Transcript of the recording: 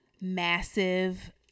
massive